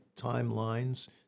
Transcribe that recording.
timelines